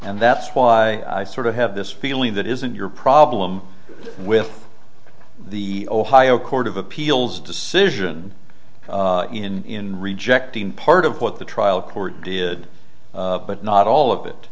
and that's why i sort of have this feeling that isn't your problem with the ohio court of appeals decision in rejecting part of what the trial court did but not all of it